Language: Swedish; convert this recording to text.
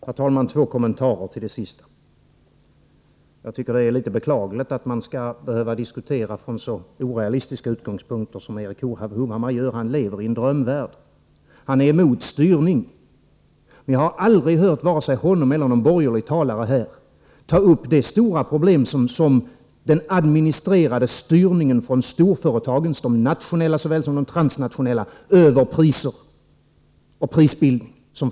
Herr talman! Jag vill göra två kommentarer till det senaste inlägget. Det är litet beklagligt att man skall behöva diskutera från så orealistiska utgångspunkter som Erik Hovhammar gör. Han lever i en drömvärld. Han är emot styrning. Men jag har aldrig hört vare sig Erik Hovhammar eller någon annan borgerlig talare ta upp det stora problemet med den administrerade styrning över priser och prisbildning som förekommer från storföretagen, såväl de nationella som de transnationella.